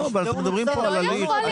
לא, אבל אנחנו מדברים פה על הליך.